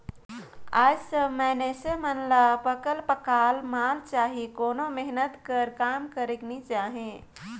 आएज सब मइनसे मन ल पकल पकाल माल चाही कोनो मेहनत कर काम करेक नी चाहे